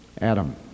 Adam